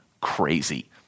crazy